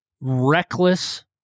reckless